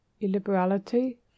ILLIBERALITY